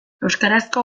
euskarazko